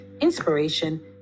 inspiration